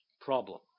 Problem